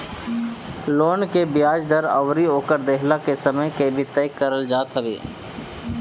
loan के बियाज दर अउरी ओकर देहला के समय के भी तय करल जात हवे